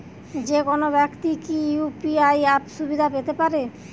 যেকোনো ব্যাক্তি কি ইউ.পি.আই অ্যাপ সুবিধা পেতে পারে?